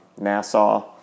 nassau